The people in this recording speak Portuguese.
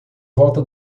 volta